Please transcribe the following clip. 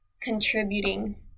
contributing